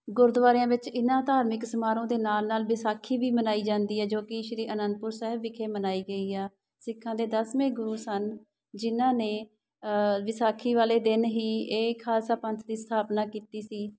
ਗੁਰਦੁਆਰਿਆਂ ਵਿੱਚ ਇਹਨਾਂ ਧਾਰਮਿਕ ਸਮਾਰੋਹ ਦੇ ਨਾਲ ਨਾਲ ਵਿਸਾਖੀ ਵੀ ਮਨਾਈ ਜਾਂਦੀ ਹੈ ਜੋ ਕਿ ਸ਼੍ਰੀ ਅਨੰਦਪੁਰ ਸਾਹਿਬ ਵਿਖੇ ਮਨਾਈ ਗਈ ਆ ਸਿੱਖਾਂ ਦੇ ਦਸਵੇਂ ਗੁਰੂ ਸਨ ਜਿਨ੍ਹਾਂ ਨੇ ਵਿਸਾਖੀ ਵਾਲੇ ਦਿਨ ਹੀ ਇਹ ਖਾਲਸਾ ਪੰਥ ਦੀ ਸਥਾਪਨਾ ਕੀਤੀ ਸੀ